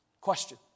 Question